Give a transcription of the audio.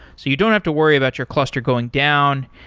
so you don't have to worry about your cluster going down,